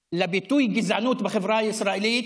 לביטוי "גזענות" בחברה הישראלית